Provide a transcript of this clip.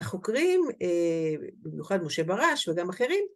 החוקרים, במיוחד משה ברש וגם אחרים.